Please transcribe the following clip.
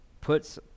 puts